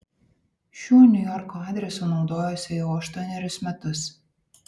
šiuo niujorko adresu naudojuosi jau aštuonerius metus